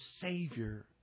savior